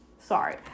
sorry